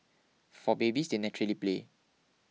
for babies they naturally play